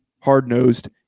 hard-nosed